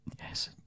Yes